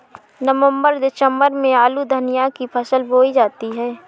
नवम्बर दिसम्बर में आलू धनिया की फसल बोई जाती है?